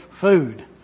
food